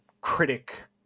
critic